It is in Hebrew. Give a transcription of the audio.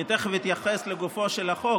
אני תכף אתייחס לגופו של החוק,